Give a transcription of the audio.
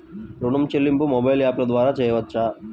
ఋణం చెల్లింపు మొబైల్ యాప్ల ద్వార చేయవచ్చా?